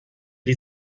die